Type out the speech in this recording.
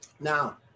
Now